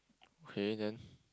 okay then